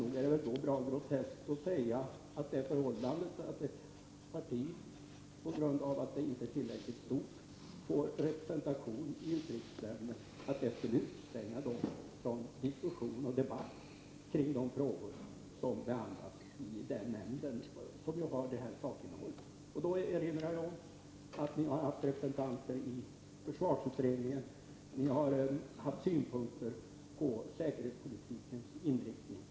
Nog är det då bra groteskt att säga att ett parti på grund av att det inte är tillräckligt stort och inte får representation i utrikesnämnden skulle utestängas från diskussionen kring de frågor med detta sakinnehåll som behandlas i nämnden. Jag vill erinra om att ni har haft representanter i försvarsutredningen och att ni har haft synpunkter på säkerhetspolitikens inriktning.